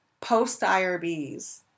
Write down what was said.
post-IRBs